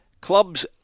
Clubs